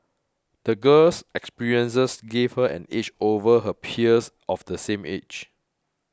the girl's experiences gave her an edge over her peers of the same age